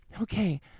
okay